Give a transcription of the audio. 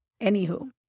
anywho